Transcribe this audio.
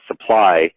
supply